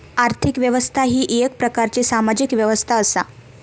आर्थिक व्यवस्था ही येक प्रकारची सामाजिक व्यवस्था असा